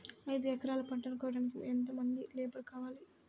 ఐదు ఎకరాల పంటను కోయడానికి యెంత మంది లేబరు కావాలి?